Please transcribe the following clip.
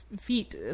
feet